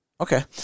Okay